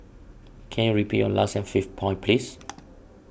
can you repeat your last and fifth point please